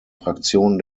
fraktion